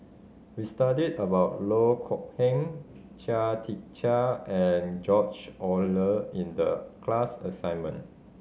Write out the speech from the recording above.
we studied about Loh Kok Heng Chia Tee Chiak and George Oehler in the class assignment